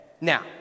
Now